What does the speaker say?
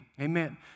Amen